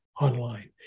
online